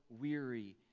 weary